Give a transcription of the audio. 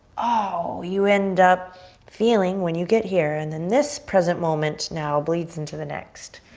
oh! you end up feeling when you get here. and then this present moment now bleeds into the next.